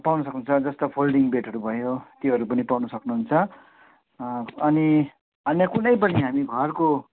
पाउनु सक्नुहन्छ जस्तो फोल्डिङ बेडहरू भयो त्योहरू पनि पाउनु सक्नुहुन्छ अनि अन्य कुनै पनि हामी घरको